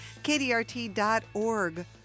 KDRT.org